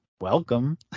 welcome